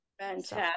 fantastic